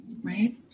right